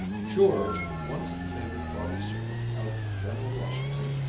george, once the favorite body-servant of general washington,